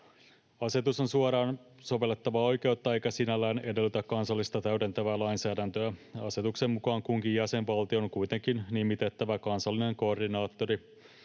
Asetus on suoraan sovellettavaa oikeutta eikä sinällään edellytä kansallista täydentävää lainsäädäntöä. Asetuksen mukaan kunkin jäsenvaltion on kuitenkin nimitettävä kansallinen koordinaattori,